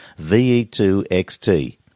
VE2XT